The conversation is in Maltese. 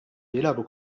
jilagħbu